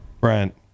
Brent